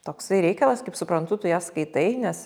toksai reikalas kaip suprantu tu ją skaitai nes